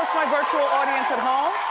my virtual audience at home.